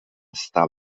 estar